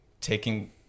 taking